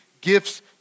gifts